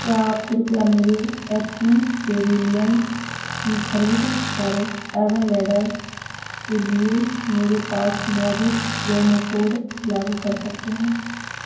क्या आप कृपया मेरे एच पी पेवेलियन की खरीद पर अर्बन लैडर के लिए मेरे पास मौज़ूद प्रोमो कोड लागू कर सकते हैं